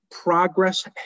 progress